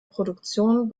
produktion